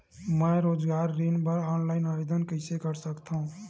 मैं रोजगार ऋण बर ऑनलाइन आवेदन कइसे कर सकथव?